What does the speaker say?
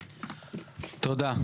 תודה.